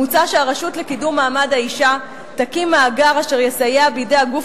מוצע שהרשות לקידום מעמד האשה תקים מאגר אשר יסייע בידי הגוף